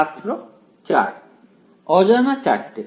ছাত্র 4 অজানা 4টে